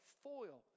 foil